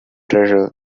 treasure